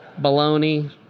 Baloney